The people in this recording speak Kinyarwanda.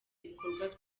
ibikorwa